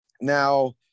Now